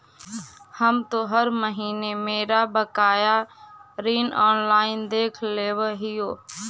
हम तो हर महीने मेरा बकाया ऋण ऑनलाइन देख लेव हियो